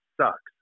sucks